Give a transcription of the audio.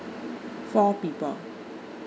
four people